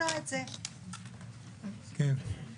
תודה.